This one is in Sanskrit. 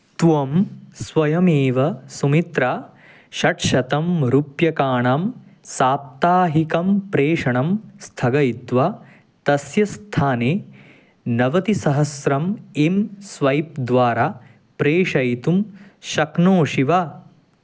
त्वं स्वयमेव सुमित्रा षट्शतं रूप्यकाणां साप्ताहिकं प्रेषणं स्थगयित्वा तस्य स्थाने नवतिसहस्रम् एम् स्वैप् द्वारा प्रेषयितुं शक्नोषि वा